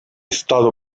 stato